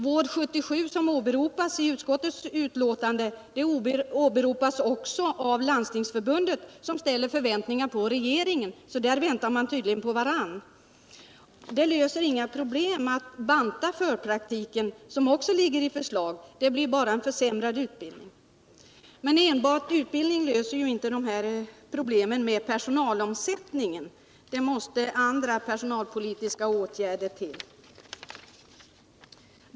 VÅRD 77, som nämns i utskottsbetänkandet, åberopas också av Landstingsförbundet, som ställer förväntningar på regeringen. Där väntar man tydligen på varandra! Det löser heller inga problem att banta förpraktiken, något som också ligger i förslaget. Det medför bara en försämrad utbildning. Men enbart utbildning löser inte problemen med personalomsättningen. Det måste andra personalpolitiska åtgärder till.